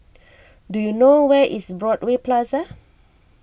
do you know where is Broadway Plaza